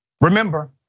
Remember